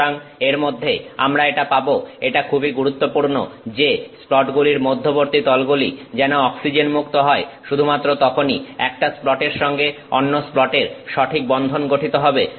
সুতরাং এরমধ্যে আমরা এটা পাব এটা খুবই গুরুত্বপূর্ণ যে স্প্লটগুলির মধ্যবর্তী তলগুলি যেন অক্সিজেন মুক্ত হয় শুধুমাত্র তখনই একটা স্প্লটের সঙ্গে অন্য স্প্লটের সঠিক বন্ধন গঠিত হবে